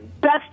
Best